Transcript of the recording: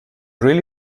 really